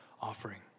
offering